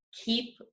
keep